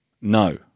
no